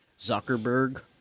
Zuckerberg